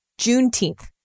Juneteenth